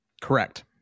Correct